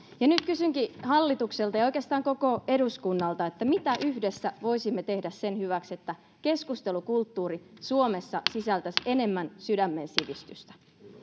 nyt kysynkin hallitukselta ja oikeastaan koko eduskunnalta mitä yhdessä voisimme tehdä sen hyväksi että keskustelukulttuuri suomessa sisältäisi enemmän sydämensivistystä